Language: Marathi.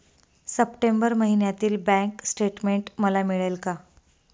सप्टेंबर महिन्यातील बँक स्टेटमेन्ट मला मिळेल का?